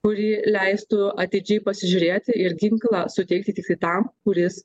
kuri leistų atidžiai pasižiūrėti ir ginklą suteikti tiktai tam kuris